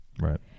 Right